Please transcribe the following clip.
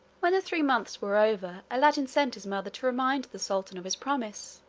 when the three months were over, aladdin sent his mother to remind the sultan of his promise.